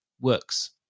works